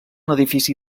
edifici